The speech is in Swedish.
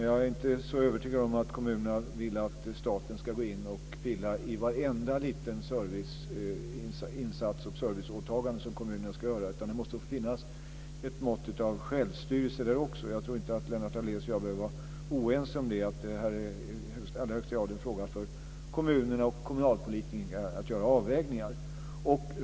Jag är inte så övertygad om att kommunerna vill att staten ska pilla i varje liten serviceinsats och i varje serviceåtagande som kommunerna ska göra, utan det måste finnas ett mått av självstyrelse också där. Jag tror inte att Lennart Daléus och jag behöver vara oense om att det i allra högsta grad är en fråga för kommunerna och kommunalpolitikerna att göra avvägningar.